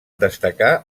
destacar